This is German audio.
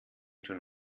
schon